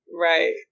Right